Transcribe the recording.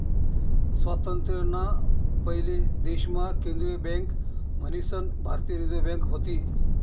स्वातंत्र्य ना पयले देश मा केंद्रीय बँक मन्हीसन भारतीय रिझर्व बँक व्हती